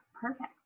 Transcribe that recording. perfect